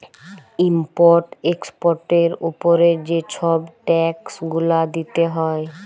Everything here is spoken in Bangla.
ইম্পর্ট এক্সপর্টের উপরে যে ছব ট্যাক্স গুলা দিতে হ্যয়